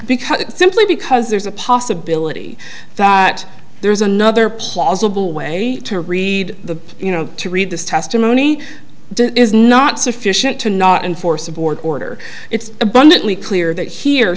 because simply because there's a possibility that there is another plausible way to read the you know to read this testimony is not sufficient to not enforce a board order it's abundantly clear that here